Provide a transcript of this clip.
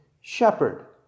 shepherd